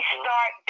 start